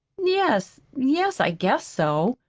yes, yes, i guess so.